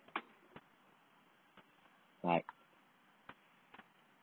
like